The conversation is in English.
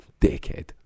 Dickhead